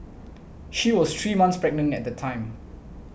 she was three months pregnant at the time